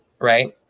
right